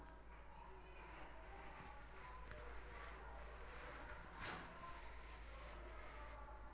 एकाच नावानं मले दोन बचत खातं काढता येईन का?